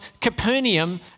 Capernaum